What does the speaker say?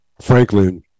Franklin